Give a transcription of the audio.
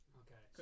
okay